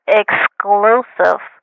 exclusive